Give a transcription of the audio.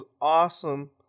awesome